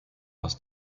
aus